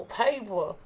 paper